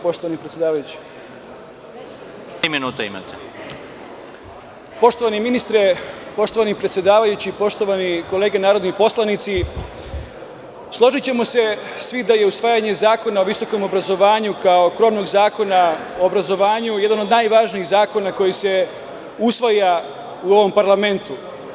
Poštovani ministre, poštovani predsedavajući, poštovane kolege narodni poslanici, složićemo se svi da je usvajanje Zakona o visokom obrazovanju kao krovnog zakona o obrazovanju jedan od najvažnijih zakona koji se usvaja u ovom parlamentu.